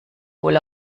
wohl